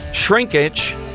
shrinkage